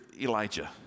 Elijah